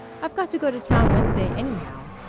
i've got to go to town wednesday, any how.